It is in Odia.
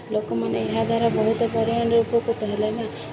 ଲୋକମାନେ ଏହାଦ୍ୱାରା ବହୁତ ପରିମାଣରେ ଉପକୃତ ହେଲେ ନା